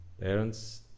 parents